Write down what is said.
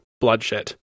bloodshed